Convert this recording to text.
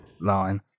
line